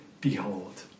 behold